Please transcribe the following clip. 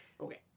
Okay